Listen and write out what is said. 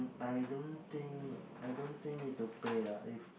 I don't think I don't think need to pay lah if